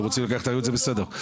אתם רוצים לקחת אחריות, זה בסדר.